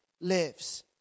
lives